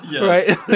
right